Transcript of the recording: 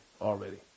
Already